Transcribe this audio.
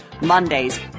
Mondays